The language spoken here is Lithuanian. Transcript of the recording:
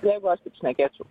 jeigu aš taip šnekėčiau